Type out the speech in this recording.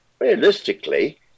realistically